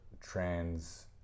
trans